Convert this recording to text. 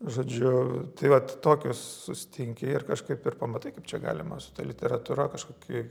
žodžiu tai vat tokius susitinki ir kažkaip ir pamatai kaip čia galima su ta literatūra kažkokį